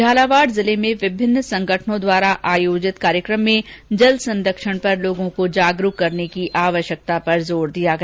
झालावाड़ जिले में विभिन्न संगठनों द्वारा आयोजित कार्यक्रम में जल संरक्षण पर लोगों को आगरूक करने की आवश्यकता पर जोर दिया गया